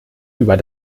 über